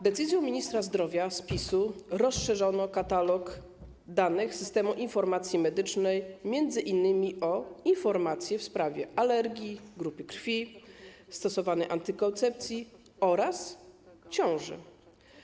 Decyzją ministra zdrowia z PiS-u rozszerzono katalog danych Systemu Informacji Medycznej m.in. o informacje w sprawie alergii, grupy krwi, stosowanej antykoncepcji oraz ciąży.